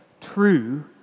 true